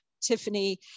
Tiffany